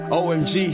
omg